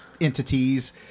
entities